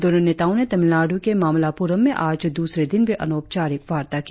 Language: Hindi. दोनो नेताओं ने तामिलनाडु के मामल्लपुरम में आज दूसरे दिन भी अनौपचारिक वार्ता की